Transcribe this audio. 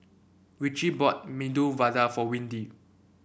Richie bought Medu Vada for Windy